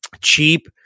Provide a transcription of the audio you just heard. cheap